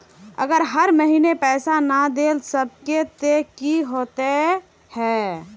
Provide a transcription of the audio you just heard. अगर हर महीने पैसा ना देल सकबे ते की होते है?